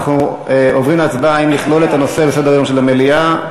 אנחנו עוברים להצבעה אם לכלול את הנושא בסדר-היום של המליאה.